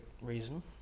reason